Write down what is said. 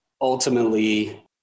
ultimately